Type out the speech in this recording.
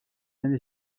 même